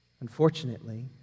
Unfortunately